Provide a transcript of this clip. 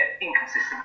inconsistent